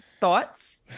thoughts